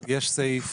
יש סעיף,